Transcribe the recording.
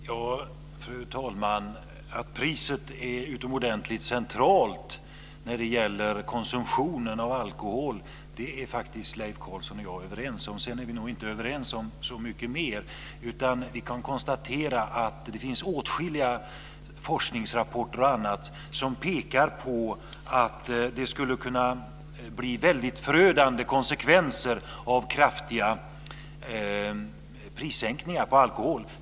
Fru talman! Att priset är utomordentligt centralt när det gäller konsumtionen av alkohol är faktiskt Leif Carlson och jag överens om. Sedan är vi nog inte överens om så mycket mer. Vi kan konstatera att det finns åtskilliga forskningsrapporter och annat som pekar på att det skulle kunna bli förödande konsekvenser av kraftiga prissänkningar på alkohol.